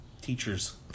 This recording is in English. teachers